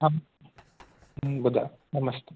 हा ॿुधायो नमस्ते